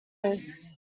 this